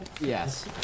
Yes